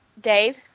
Dave